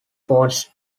faults